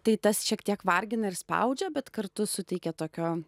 tai tas šiek tiek vargina ir spaudžia bet kartu suteikia tokio